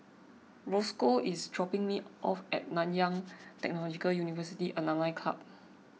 Rosco is dropping me off at Nanyang Technological University Alumni Club